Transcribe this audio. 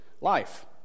life